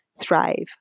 thrive